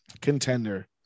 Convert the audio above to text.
contender